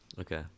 Okay